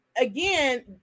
again